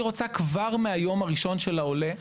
שהיא רוצה כבר מהיום הראשון של העולה,